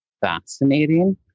fascinating